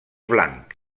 blanc